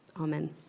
Amen